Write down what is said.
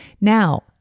Now